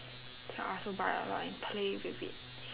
so I also buy a lot and play with it